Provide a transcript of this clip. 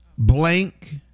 Blank